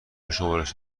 شمارش